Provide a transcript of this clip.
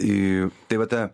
į tai va ta